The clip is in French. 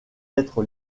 être